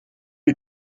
les